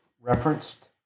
referenced